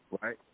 right